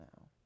now